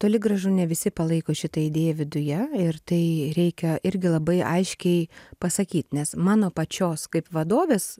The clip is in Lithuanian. toli gražu ne visi palaiko šitą idėją viduje ir tai reikia irgi labai aiškiai pasakyt nes mano pačios kaip vadovės